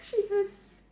she is